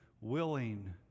willing